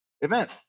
event